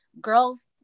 girls